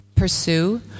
pursue